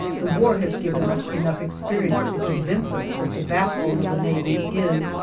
the war has given us enough experience to convince us that the backbone of a navy is,